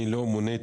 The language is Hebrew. אני לא מוניתי,